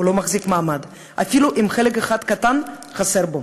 הוא לא מחזיק מעמד אפילו אם חלק אחד קטן חסר בו.